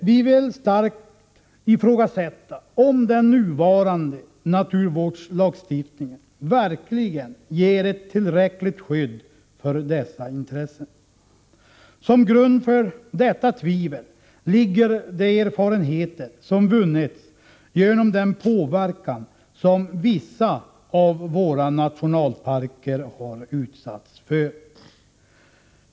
Vi vill starkt ifrågasätta om den nuvarande naturvårdslagstiftningen verkligen ger ett tillräckligt skydd för dessa intressen. Som grund för detta tvivel ligger de erfarenheter som vunnits genom den påverkan som vissa av våra nationalparker har utsatts för.